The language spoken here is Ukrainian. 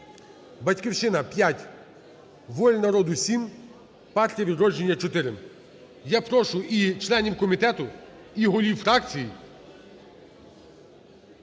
"Батьківщина" – 5, "Воля народу" – 7, "Партія "Відродження" – 4. Я прошу і членів комітету, і голів фракцій